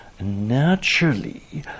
naturally